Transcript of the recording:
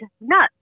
nuts